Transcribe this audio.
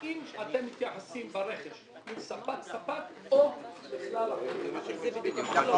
האם אתם מתייחסים ברכש ספק-ספק או לכלל הפרויקט?